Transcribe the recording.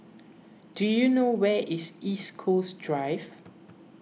do you know where is East Coast Drive